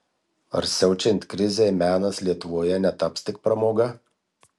ar siaučiant krizei menas lietuvoje netaps tik pramoga